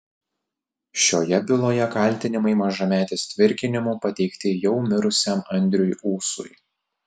šioje byloje kaltinimai mažametės tvirkinimu pateikti jau mirusiam andriui ūsui